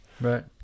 Right